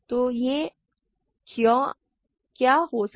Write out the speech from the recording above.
तो यह क्या हो सकता है